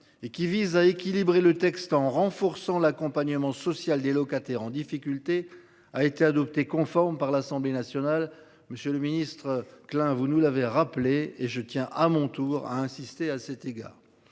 et qui vise à équilibrer le texte en renforçant l'accompagnement social des locataires en difficulté a été adopté conforme par l'Assemblée nationale. Monsieur le Ministre Klein vous nous l'avez rappelé et je tiens à mon tour a insisté à cet égard.